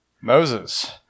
Moses